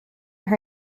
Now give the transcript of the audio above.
her